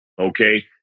okay